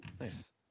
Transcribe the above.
nice